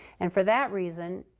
and for that reason,